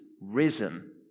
Risen